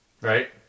Right